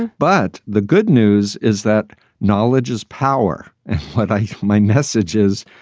but the good news is that knowledge is power. and but um my message is,